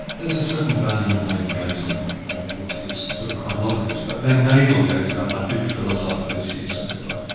there's a certain value in navel-gazing, i know philosophers do quite a lot of this, but they navel-gaze about the big philosophical issues, as it were.